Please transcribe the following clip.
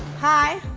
hi,